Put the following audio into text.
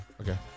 Okay